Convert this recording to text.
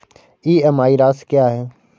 EMI राशि क्या है?